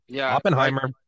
Oppenheimer